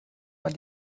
man